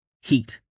Heat